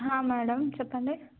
madam చెప్పండి